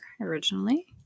originally